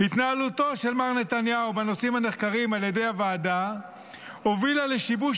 "התנהלותו של מר נתניהו בנושאים הנחקרים על ידי הוועדה הובילה לשיבוש